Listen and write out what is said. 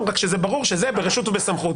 רק שזה ברור שזה ברשות ובסמכות.